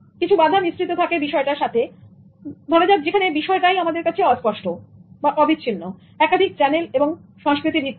কিছু বাধা মিশ্রিত থাকে বিষয়টার সাথে যেখানে বিষয়টা অস্পষ্টঅবিচ্ছিন্নএকাধিক চ্যানেল এবং সংস্কৃতি ভিত্তিক